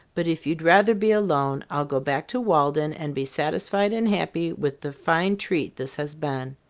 but if you'd rather be alone, i'll go back to walden and be satisfied and happy with the fine treat this has been.